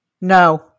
No